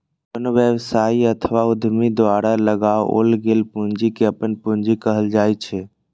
कोनो व्यवसायी अथवा उद्यमी द्वारा लगाओल गेल पूंजी कें अपन पूंजी कहल जाइ छै